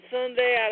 Sunday